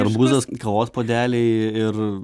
arbūzas kavos puodeliai ir